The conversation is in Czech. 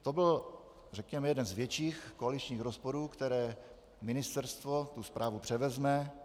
To byl řekněme jeden z větších koaličních rozporů, které ministerstvo tu správu převezme.